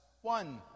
one